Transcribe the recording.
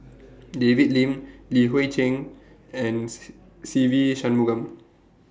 David Lim Li Hui Cheng and Se Ve Shanmugam